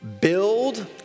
Build